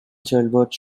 childbirths